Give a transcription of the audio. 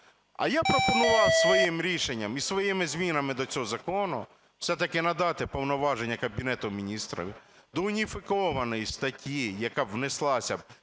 А я пропонував своїм рішенням і своїми змінами до цього закону все-таки надати повноваження Кабінету Міністрів до уніфікованої статті, яка б внеслася